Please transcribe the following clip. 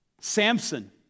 Samson